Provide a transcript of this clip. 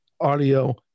audio